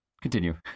Continue